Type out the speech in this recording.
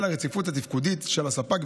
על הרציפות התפקודית של הספק,